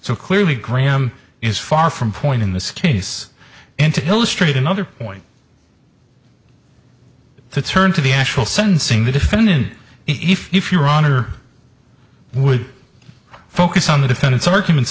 so clearly graham is far from point in this case and to illustrate another point to turn to the actual sensing the defendant eve if your honor would focus on the defendant's arguments